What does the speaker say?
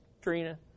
Trina